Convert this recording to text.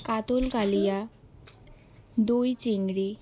কাতল কালিয়া দই চিংড়ি